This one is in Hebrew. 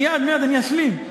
מייד, אני אשלים.